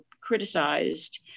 criticized